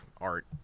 art